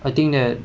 I think that